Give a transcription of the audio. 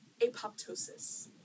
apoptosis